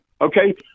okay